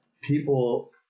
people